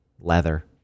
Leather